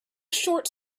short